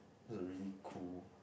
that's a really cool